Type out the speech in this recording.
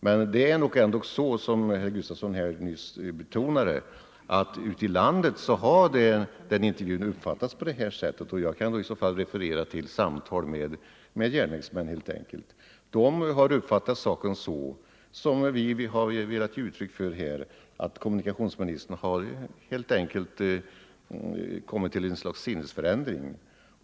Men det är nog ändå som herr Gustavsson i Alvesta nyss betonade att man ute i landet har uppfattat intervjun på detta sätt, och jag kan då referera till samtal med bl.a. järnvägsmän. De har uppfattat saken så som vi velat ge uttryck för här, nämligen att kommunikationsministern helt enkelt har kommit till ett slags sinnesförändring.